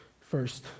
First